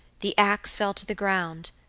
the axe fell to the ground,